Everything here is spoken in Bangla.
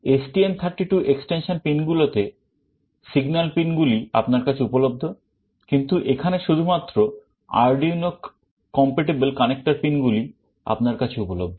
STM 32 extension pin গুলোতে signal pin গুলি আপনার কাছে উপলব্ধ কিন্তু এখানে শুধুমাত্র Arduino compatible connector pin গুলি আপনার কাছে উপলব্ধ